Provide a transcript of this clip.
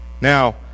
Now